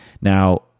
Now